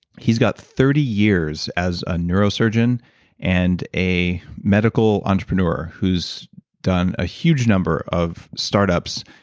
he's got thirty years as a neurosurgeon and a medical entrepreneur who's done a huge number of startups,